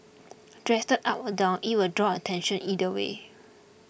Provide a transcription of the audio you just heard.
dressed up or down it will draw attention either way